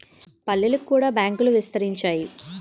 పల్లెలకు కూడా బ్యాంకులు విస్తరించాయి